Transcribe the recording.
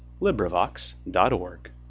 LibriVox.org